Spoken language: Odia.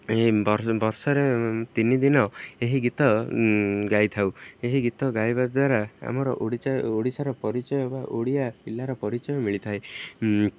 ଏହି ବର୍ଷ ବର୍ଷରେ ତିନି ଦିନ ଏହି ଗୀତ ଗାଇଥାଉ ଏହି ଗୀତ ଗାଇବା ଦ୍ୱାରା ଆମର ଓଡ଼ିଶାର ପରିଚୟ ବା ଓଡ଼ିଆ ପିଲାର ପରିଚୟ ମିଳିଥାଏ